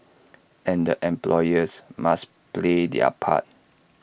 and employers must play their part